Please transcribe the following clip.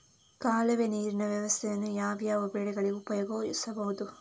ಕಾಲುವೆ ನೀರಿನ ವ್ಯವಸ್ಥೆಯನ್ನು ಯಾವ್ಯಾವ ಬೆಳೆಗಳಿಗೆ ಉಪಯೋಗಿಸಬಹುದು?